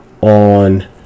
on